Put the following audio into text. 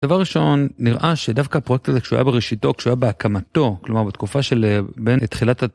דבר ראשון נראה שדווקא הפרויקט כשהוא היה בראשיתו כשהוא היה בהקמתו כלומר בתקופה של בין תחילת..